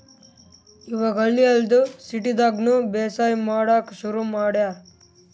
ಇವಾಗ್ ಹಳ್ಳಿ ಅಲ್ದೆ ಸಿಟಿದಾಗ್ನು ಬೇಸಾಯ್ ಮಾಡಕ್ಕ್ ಶುರು ಮಾಡ್ಯಾರ್